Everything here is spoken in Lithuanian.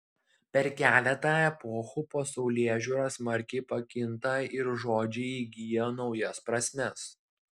per keletą epochų pasaulėžiūra smarkiai pakinta ir žodžiai įgyja naujas prasmes